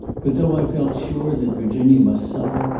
but though i felt sure that virginia must suffer,